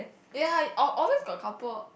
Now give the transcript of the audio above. ya always~ always got couple